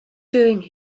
doing